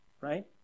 right